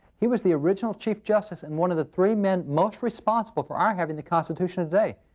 he was the original chief justice and one of the three men most responsible for our having the constitution today.